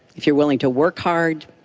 if you are willing to work hard,